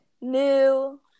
new